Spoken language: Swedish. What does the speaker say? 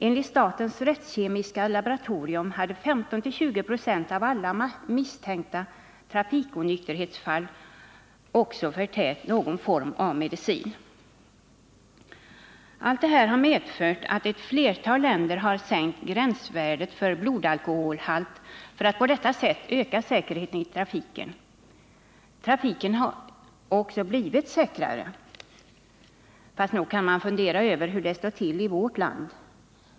Enligt statens rättskemiska laboratorium hade de som var inblandade i 15-20 96 av alla misstänkta trafikonykterhetsfall förtärt någon form av medicin. Allt det här har medfört att ett flertal länder sänkt gränsvärdet för blodalkoholhalt för att på det sättet öka säkerheten i trafiken. Trafiken har också blivit säkrare — fast nog kan man fundera över hur det står till i vårt land.